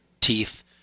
teeth